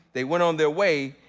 they went on their way,